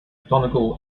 donegal